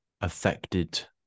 affected